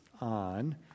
on